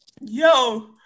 Yo